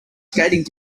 skating